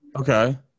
Okay